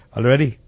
Already? ( -♪